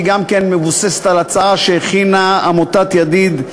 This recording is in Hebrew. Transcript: שמבוססת על הצעה שהכינה עמותת "ידיד",